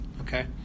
okay